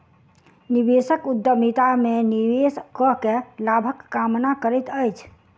निवेशक उद्यमिता में निवेश कअ के लाभक कामना करैत अछि